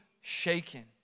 shaken